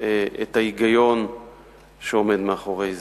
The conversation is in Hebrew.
את ההיגיון שעומד מאחורי זה.